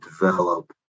develop